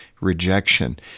rejection